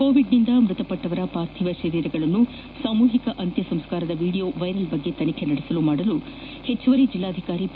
ಕೋವಿಡ್ನಿಂದ ಮೃತಪಟ್ಟವರ ಪಾರ್ಥಿವ ಶರೀರಗಳನ್ನು ಸಾಮೂಹಿಕ ಅಂತ್ಯಸಂಸ್ಕಾರದ ವಿಡಿಯೋ ವೈರಲ್ ಬಗ್ಗೆ ತನಿಖೆ ನಡೆಸಲು ಮಾಡಲು ಹೆಚ್ಚುವರಿ ಜೆಲ್ಲಾಧಿಕಾರಿ ಪಿ